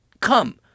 come